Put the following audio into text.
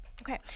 Okay